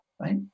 right